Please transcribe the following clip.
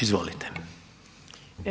Izvolite.